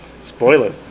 spoiler